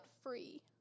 free